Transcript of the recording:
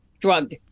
drug